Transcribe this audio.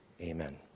amen